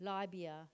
Libya